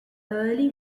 early